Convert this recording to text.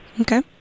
Okay